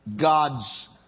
God's